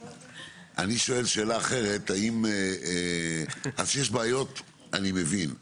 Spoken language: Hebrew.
שואל שאלה אחרת זה שיש בעיות, אני מבין.